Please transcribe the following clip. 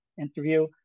interview